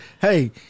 hey